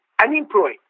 unemployed